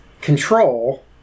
control